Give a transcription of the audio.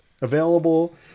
available